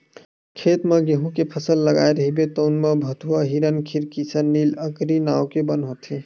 खेत म गहूँ के फसल लगाए रहिबे तउन म भथुवा, हिरनखुरी, किसननील, अकरी नांव के बन होथे